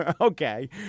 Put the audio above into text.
Okay